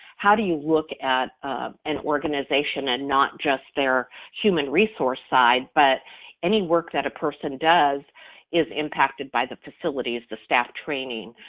how do you look at an organization and not just their human resource side, but any work that a person does is impacted by the facilities, the staff training,